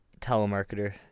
Telemarketer